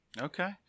Okay